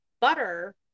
butter